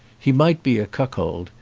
he might be a cuckold,